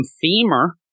femur